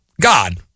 God